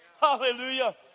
Hallelujah